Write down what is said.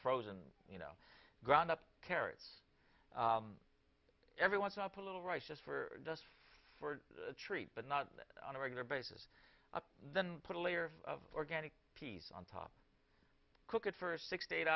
frozen you know ground up carrots every once up a little rice just for just for a treat but not on a regular basis then put a layer of organic piece on top cook it for six to eight